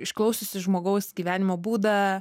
išklausiusi žmogaus gyvenimo būdą